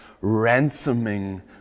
ransoming